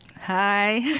Hi